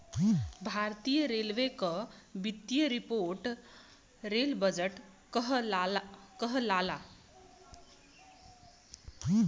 भारतीय रेलवे क वित्तीय रिपोर्ट रेल बजट कहलाला